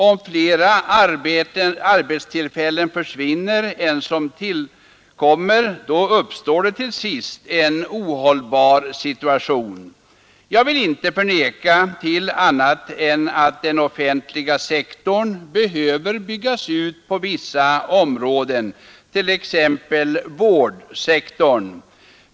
Om fler arbetstillfällen försvinner än som tillkommer, då uppstår till sist en ohållbar situation. Jag vill inte förneka att den offentliga sektorn behöver utbyggas på vissa områden, t.ex. vårdsektorn.